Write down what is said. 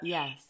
Yes